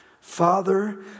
Father